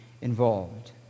involved